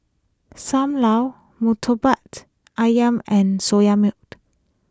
Sam Lau Murtabak Ayam and Soya Milk